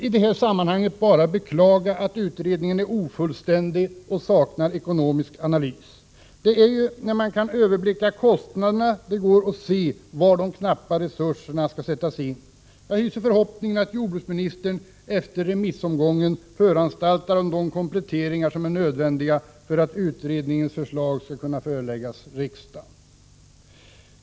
I detta sammanhang vill jag bara beklaga att utredningen är ofullständig och saknar ekonomisk analys. Det är ju när man kan överblicka kostnadsläget som man kan se var de knappa resurserna bör sättas in. Jag hyser förhoppningen att jordbruksministern efter remissomgången föranstaltar om de kompletteringar som är nödvändiga för att utredningsförslaget skall kunna föreläggas riksdagen.